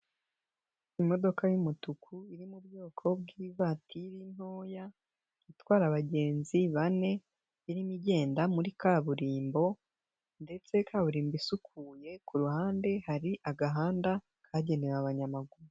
Imodoka y'umutuku iri mu bwoko bw'ivatiri ntoya itwara abagenzi bane, irimo igenda muri kaburimbo ndetse kaburimbo isukuye ku ruhande hari agahanda kagenewe abanyamaguru.